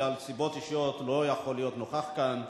בגלל סיבות אישיות הוא לא יכול להיות נוכח כאן.